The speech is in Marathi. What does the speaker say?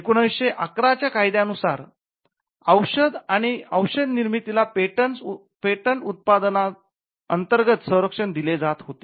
१९११ च्या कायद्यानुसार औषध आणि औषध निर्मितीला पेटंट्स उत्पादन अंतर्गत संरक्षण दिले जात होते